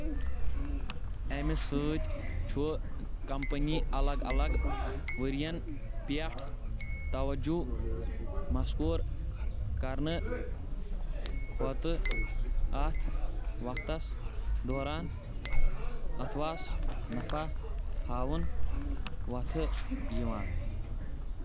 امہِ سۭتۍ چھُ كَمپٔنی الگ الگ ؤرین پیٹھ توجوٗ مسكوٗز كرنہٕ كھۄتہٕ اتھ وقتس دوران اَتھواس نفع ہاوُن وتھٕ یوان